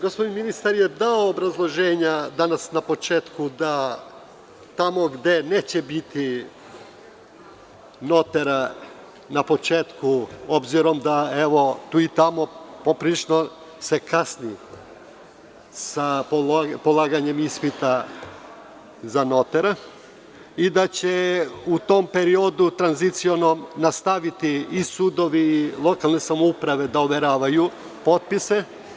Gospodin ministar je dao obrazloženja danas na početku da tamo gde neće biti notara, s obzirom da tu i tamo poprilično se kasni sa polaganjem ispita za notara, da će u tom periodu tranziciono nastaviti i sudovi, lokalne samouprave da overavaju potpise.